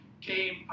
came